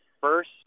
first